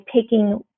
taking